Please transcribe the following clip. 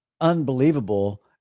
unbelievable